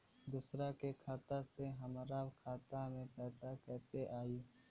दूसरा के खाता से हमरा खाता में पैसा कैसे आई?